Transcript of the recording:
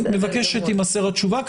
שלום לכולם,